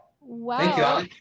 Wow